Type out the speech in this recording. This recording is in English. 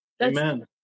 Amen